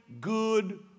good